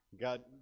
God